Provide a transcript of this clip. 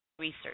Research